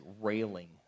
railing